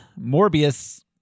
Morbius